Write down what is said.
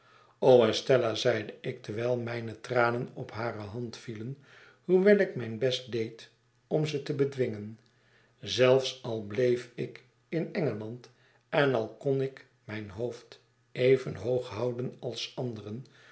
estella zeide ik terwijl mijne tranen op hare hand vielen hoewel ik mijn best deed om ze te bedwingen zelfs al bleef ik in e ngeland en al kon ik mijn hoofd even hoog houden als anderen